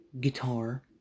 guitar